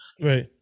Right